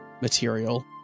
material